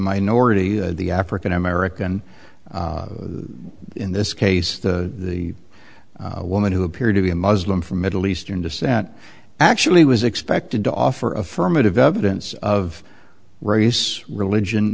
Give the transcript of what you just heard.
minority the african american in this case the woman who appeared to be a muslim from middle eastern descent actually was expected to offer affirmative evidence of race religion